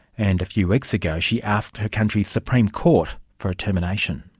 and a few weeks ago she asked her country's supreme court for a termination.